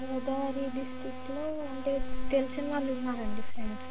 గోదావరి డిస్ట్రిక్ట్లో అంటే తెలిసినవాళ్ళున్నారండి ఫ్రెండ్స్